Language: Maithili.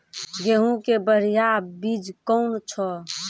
गेहूँ के बढ़िया बीज कौन छ?